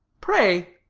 pray,